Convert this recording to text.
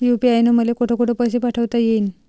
UPI न मले कोठ कोठ पैसे पाठवता येईन?